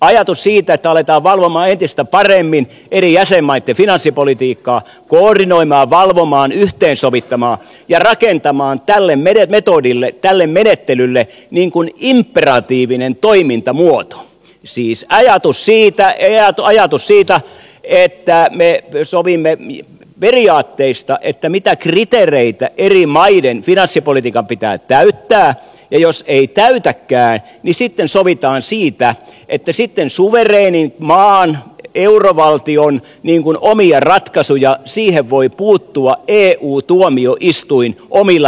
ajatus siitä että aletaan valvoa entistä paremmin eri jäsenmaitten finanssipolitiikkaa koordinoimaan valvomaan yhteensovittamaan ja rakentamaan tälle metodille tälle menettelylle imperatiivinen toimintamuoto siis ajatus siitä että me sovimme periaatteista mitä kriteereitä eri maiden finanssipolitiikan pitää täyttää ja jos ei täytäkään niin sitten sovitaan siitä että suvereenin maan eurovaltion omiin ratkaisuihin voi puuttua eu tuomioistuin omilla päätöksillään